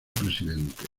presidente